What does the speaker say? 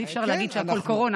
אז אי-אפשר להגיד שהכול קורונה.